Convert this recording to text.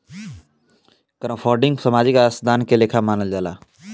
crowdfunding सामाजिक अंशदान के लेखा मानल जाला